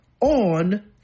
on